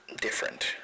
different